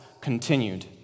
continued